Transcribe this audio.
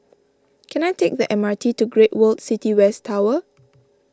can I take the M R T to Great World City West Tower